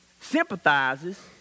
sympathizes